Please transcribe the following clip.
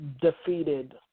defeated